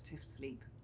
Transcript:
sleep